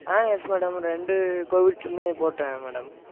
ஆ yes madam ரெண்டு கோவிட்டுமே போட்டேன் மேடம்